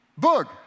Boog